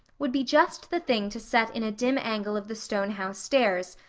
would be just the thing to set in a dim angle of the stone house stairs,